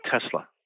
Tesla